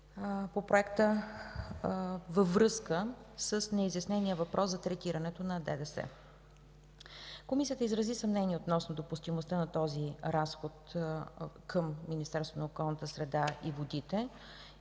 по проекта във връзка с неизяснения въпрос за третирането на ДДС. Комисията изрази съмнение относно допустимостта на този разход към Министерството